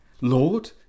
Lord